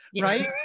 right